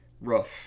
Rough